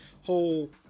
whole